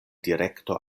direkto